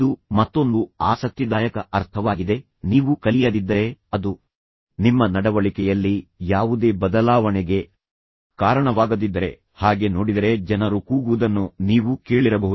ಇದು ಮತ್ತೊಂದು ಆಸಕ್ತಿದಾಯಕ ಅರ್ಥವಾಗಿದೆ ನೀವು ಕಲಿಯದಿದ್ದರೆ ಅದು ನಿಮ್ಮ ನಡವಳಿಕೆಯಲ್ಲಿ ಯಾವುದೇ ಬದಲಾವಣೆಗೆ ಕಾರಣವಾಗದಿದ್ದರೆ ಹಾಗೆ ನೋಡಿದರೆ ಜನರು ಕೂಗುವುದನ್ನು ನೀವು ಕೇಳಿರಬಹುದು